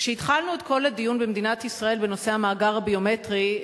כשהתחלנו את כל הדיון במדינת ישראל בנושא המאגר הביומטרי,